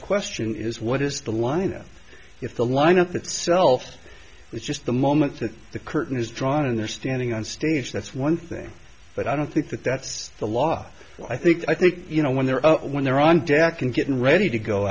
precise question is what is the line or if the lineup itself is just the moment that the curtain is drawn and they're standing on stage that's one thing but i don't think that that's the law well i think i think you know when they're up when they're on deck and getting ready to go